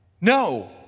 No